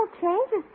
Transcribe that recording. changes